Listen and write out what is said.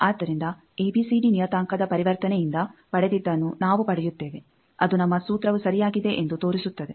ಆದ್ದರಿಂದ ಎಬಿಸಿಡಿ ನಿಯತಾಂಕದ ಪರಿವರ್ತನೆಯಿಂದ ಪಡೆದಿದ್ದನ್ನು ನಾವು ಪಡೆಯುತ್ತೇವೆ ಅದು ನಮ್ಮ ಸೂತ್ರವು ಸರಿಯಾಗಿದೆ ಎಂದು ತೋರಿಸುತ್ತದೆ